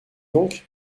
donc